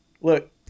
look